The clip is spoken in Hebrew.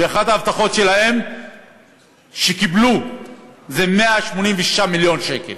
אחת ההבטחות היא שהם יקבלו 186 מיליון שקל